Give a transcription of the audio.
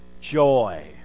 joy